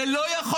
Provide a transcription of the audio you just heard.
ולא יכול